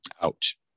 Ouch